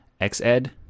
Xed